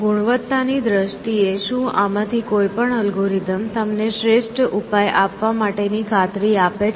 ગુણવત્તાની દ્રષ્ટિએ શું આમાંની કોઈ પણ અલ્ગોરિધમ તમને શ્રેષ્ઠ ઉપાય આપવા માટેની ખાતરી આપે છે